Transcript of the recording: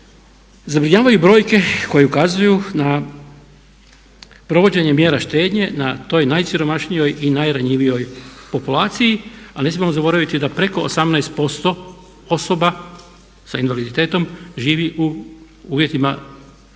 Zabrinjavaju brojke koje ukazuju na provođenje mjera štednje na toj najsiromašnijoj i najranjivijoj populaciji. A ne smijemo zaboraviti da preko 18% osoba sa invaliditetom živi u uvjetima izraženog